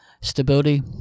Stability